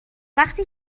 وقتی